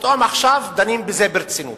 ופתאום עכשיו דנים בזה ברצינות.